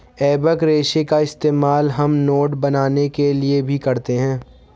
एबेक रेशे का इस्तेमाल हम नोट बनाने के लिए भी करते हैं